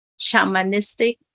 shamanistic